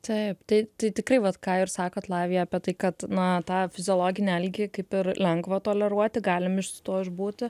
taip tai tai tikrai vat ką ir sakot latvija apie tai kad na tą fiziologinį alkį kaip ir lengva toleruoti galim iš su tuo išbūti